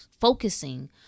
focusing